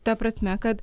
ta prasme kad